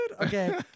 okay